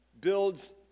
builds